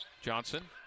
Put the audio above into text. Johnson